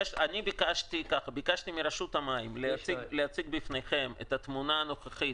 אני ביקשתי מרשות המים להציג לפניכם את התמונה הנוכחית,